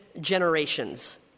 generations